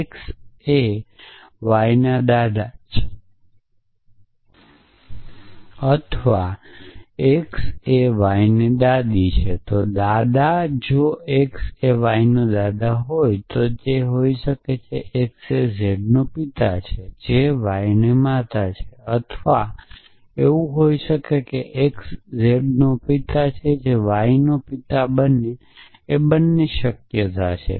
x એ y ના દાદા છે અથવા x એ y ની દાદી છે તો જો x એ yના દાદા છે તો x એ z ના પિતા છે જે y ની માતા છે અથવા તે હોઈ શકે છે કે x એ zનો પિતા છે જે yનો પિતા છે બંને શક્ય છે